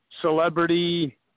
celebrity